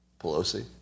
Pelosi